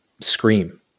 scream